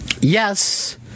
yes